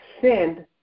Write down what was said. send